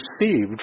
received